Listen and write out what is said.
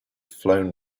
flown